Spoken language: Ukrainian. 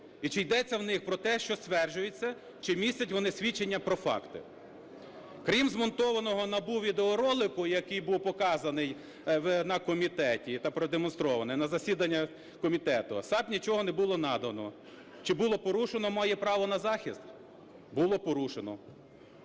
і чи йдеться у них про те, що стверджується, чи містять вони свідчення про факти. Крім змонтованого НАБУ відеоролику, який був показаний на комітеті та продемонстрований на засіданні комітету, САП нічого не було надано. Чи було порушено моє право на захист? Було порушено.